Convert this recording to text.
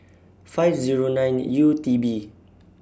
five Zero nine U T B